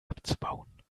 abzubauen